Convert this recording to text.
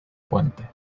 puente